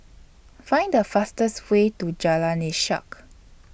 Find The fastest Way to Jalan Ishak